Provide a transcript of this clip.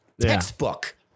textbook